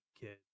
kid